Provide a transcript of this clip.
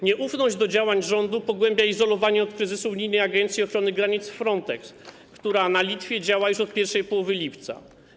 Nieufność do działań rządu pogłębia izolowanie od kryzysu agencji ochrony granic Frontex, która na Litwie działa już od pierwszej połowy lipca.